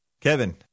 Kevin